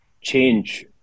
change